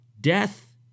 death